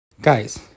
Guys